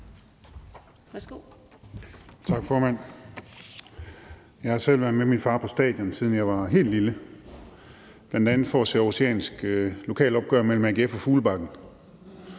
Tak, formand. Jeg har selv været med min far på stadion, siden jeg var helt lille, bl.a. for at se det aarhusianske lokalopgør mellem AGF og Fuglebakken.